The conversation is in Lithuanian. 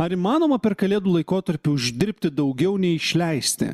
ar įmanoma per kalėdų laikotarpiu uždirbti daugiau nei išleisti